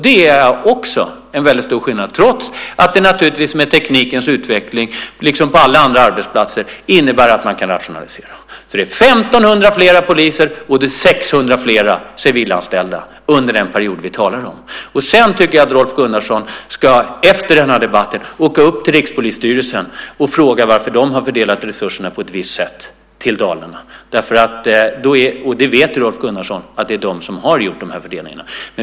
Det är en stor skillnad, trots att det naturligtvis med teknikens utveckling liksom på alla andra arbetsplatser innebär att man kan rationalisera. Det är 1 500 flera poliser och det är 600 flera civilanställda under den period som vi talar om. Jag tycker att Rolf Gunnarsson efter debatten ska åka upp till Rikspolisstyrelsen och fråga varför man där har fördelat resurserna på ett visst sätt till Dalarna. Rolf Gunnarsson vet att det är Rikspolisstyrelsen som har gjort fördelningarna.